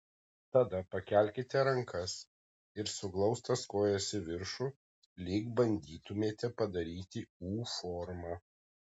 tada pakelkite rankas ir suglaustas kojas į viršų lyg bandytumėte padaryti u formą